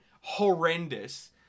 horrendous